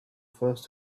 first